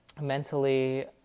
mentally